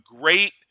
great